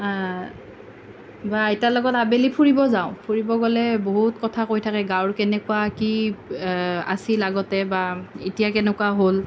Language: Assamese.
বা আইতাৰ লগত আবেলি ফুৰিব যাওঁ ফুৰিব গ'লে বহুত কথা কৈ থাকে গাঁৱৰ কেনেকুৱা কি আছিল আগতে বা এতিয়া কেনেকুৱা হ'ল